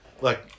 look